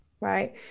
right